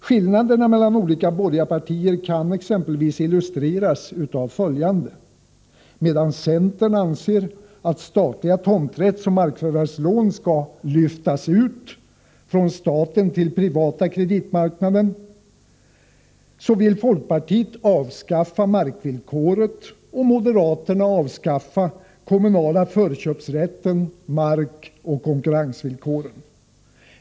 Skillnaderna mellan olika borgarpartier kan exempelvis illustreras av följande: Medan centern anser att statliga tomträttsoch markförvärvslån skall ”lyftas ut” från staten till den privata kreditmarknaden, vill folkpartiet avskaffa markvillkoret och moderaterna avskaffa den kommunala förköpsrätten samt markoch konkurrensvillkoren.